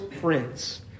friends